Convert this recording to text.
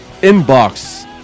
inbox